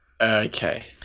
Okay